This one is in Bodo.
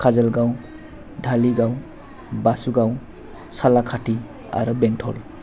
काजलगाव धालिगाव बासुगाव सालाकाथि आरो बेंटल